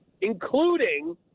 including